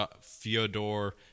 Fyodor